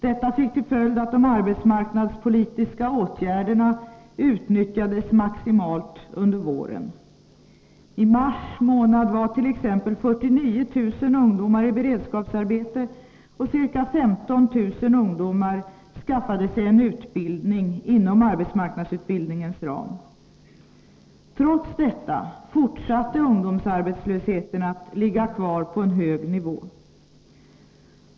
Detta fick till följd att de arbetsmarknadspolitiska åtgärderna utnyttjades maximalt under våren. I mars månad var t.ex. 49 000 ungdomar i beredskapsarbete, och ca 15 000 ungdomar skaffade sig en utbildning inom arbetsmarknadsutbildningens ram. Trots detta fortsatte ungdomsarbetslösheten att ligga kvar på en hög nivå.